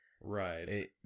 Right